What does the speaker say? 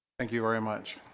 thank you very much